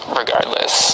regardless